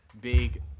big